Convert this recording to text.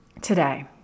today